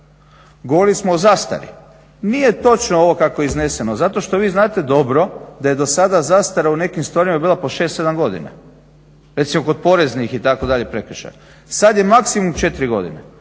Govorili smo o zastari, nije točno ovo kako je izneseno zato što vi znate da je do sada zastara u nekim stvarima bila po 6, 7 godina, recimo kod poreznih itd. prekršaja. Sada je maksimum 4 godine,